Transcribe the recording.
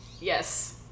Yes